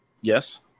Yes